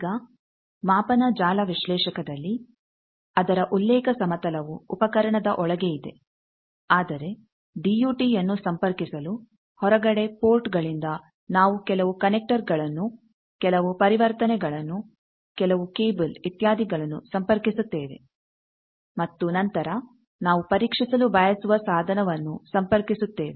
ಈಗ ಮಾಪನ ಜಾಲ ವಿಶ್ಲೇಷಕದಲ್ಲಿ ಅದರ ಉಲ್ಲೇಖ ಸಮತಲವು ಉಪಕರಣದ ಒಳಗೆ ಇದೆಆದರೆ ಡಿಯೂಟಿಯನ್ನು ಸಂಪರ್ಕಿಸಲು ಹೊರಗಡೆ ಪೋರ್ಟ್ಗಳಿಂದ ನಾವು ಕೆಲವು ಕನೆಕ್ಟರ್ಗಳನ್ನು ಕೆಲವು ಪರಿವರ್ತನೆಗಳನ್ನು ಕೆಲವು ಕೇಬಲ್ ಇತ್ಯಾದಿಗಳನ್ನು ಸಂಪರ್ಕಿಸುತ್ತೇವೆ ಮತ್ತು ನಂತರ ನಾವು ಪರೀಕ್ಷಿಸಲು ಬಯಸುವ ಸಾಧನವನ್ನು ಸಂಪರ್ಕಿಸುತ್ತೇವೆ